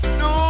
no